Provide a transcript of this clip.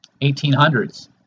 1800s